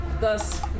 thus